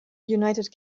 united